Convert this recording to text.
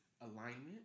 Alignment